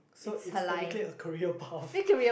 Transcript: so it's technically a career path